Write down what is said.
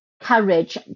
courage